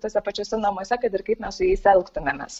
tuose pačiuose namuose kad ir kaip mes su jais elgtumėmės